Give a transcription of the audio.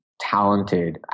talented